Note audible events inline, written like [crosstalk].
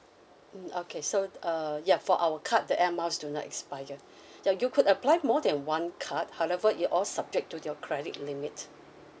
mm okay so err ya for our card the air miles do not expire [breath] ya you could apply more than one card however it all subject to your credit limit